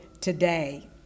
today